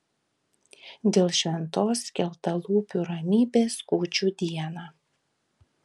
dėl šventos skeltalūpių ramybės kūčių dieną